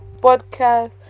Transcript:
podcast